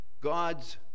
God's